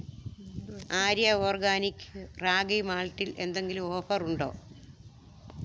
Arya organic ragi മാൾട്ടിൽ എന്തെങ്കിലും offer ഉണ്ടോ